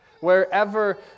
Wherever